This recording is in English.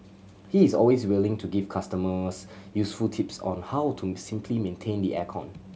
he is always willing to give customers useful tips on how to simply maintain the air con